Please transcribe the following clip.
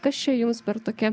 kas čia jums per tokia